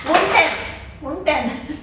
moon tan moon tan